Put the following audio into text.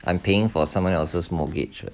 I'm paying for someone else's mortgage